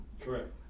correct